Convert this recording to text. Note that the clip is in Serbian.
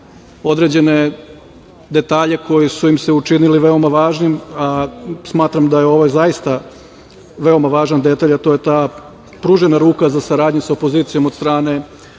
određene detalje koji su im se učinili veoma važnim. Smatram da je ovo zaista veoma važan detalj, a to je ta pružena ruka za saradnju sa opozicijom od strane